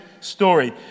story